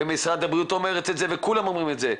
ומשרד הבריאות אומר את זה וכולם אומרים את זה,